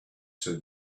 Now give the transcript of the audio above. said